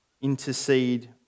intercede